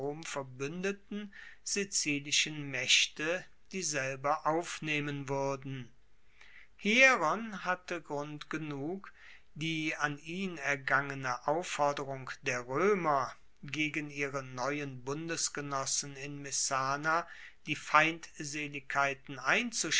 verbuendeten sizilischen maechte dieselbe aufnehmen wuerden hieron hatte grund genug die an ihn ergangene aufforderung der roemer gegen ihre neuen bundesgenossen in messana die feindseligkeiten